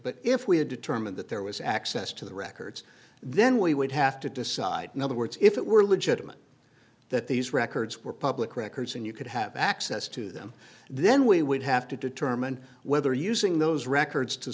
but if we had determined that there was access to the records then we would have to decide in other words if it were legitimate that these records were public records and you could have access to them then we would have to determine whether using those records to